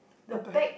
upper hat